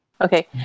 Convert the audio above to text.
Okay